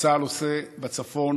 שצה"ל עושה בצפון